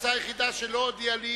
הקבוצה היחידה שלא הודיעה לי